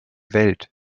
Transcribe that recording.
welt